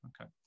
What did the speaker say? Okay